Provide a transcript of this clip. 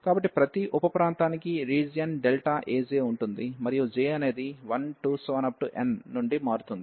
కాబట్టి ప్రతి ఉప ప్రాంతానికి రీజియన్ Aj ఉంటుంది మరియు j అనేది 1 2 n నుండి మారుతుంది